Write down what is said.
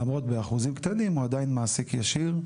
למרות, באחוזים קטנים, הוא עדיין מעסיק ישיר.